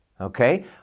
okay